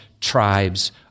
tribes